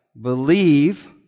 believe